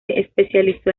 especializó